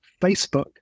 Facebook